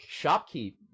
Shopkeep